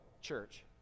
church